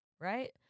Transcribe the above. Right